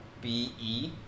B-E